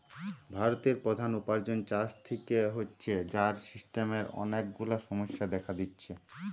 ভারতের প্রধান উপার্জন চাষ থিকে হচ্ছে, যার সিস্টেমের অনেক গুলা সমস্যা দেখা দিচ্ছে